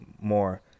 more